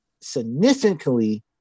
significantly